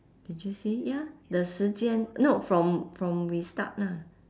did you see ya the 时间：shi jian no from from we start ah